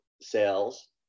sales